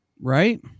Right